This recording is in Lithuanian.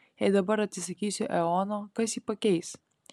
jei dabar atsisakysiu eono kas jį pakeis